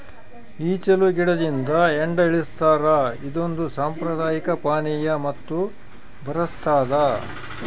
ಈಚಲು ಗಿಡದಿಂದ ಹೆಂಡ ಇಳಿಸ್ತಾರ ಇದೊಂದು ಸಾಂಪ್ರದಾಯಿಕ ಪಾನೀಯ ಮತ್ತು ಬರಸ್ತಾದ